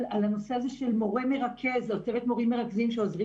של מורה מרכז או צוות מורים מרכזים שעוזרים